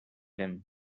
him